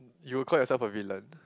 you'll call yourself a villain